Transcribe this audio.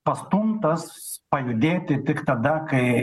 pastumtas pajudėti tik tada kai